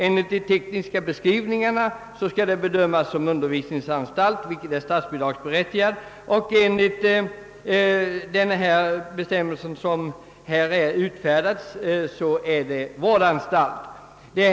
Enligt de tekniska beskrivningarna skall barnstuga bedömas som undervisningsanstalt, som är statsbidragsberättigad, men enligt den bestämmelse som i detta fall har utfärdats är det vårdanstalt.